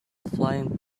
flying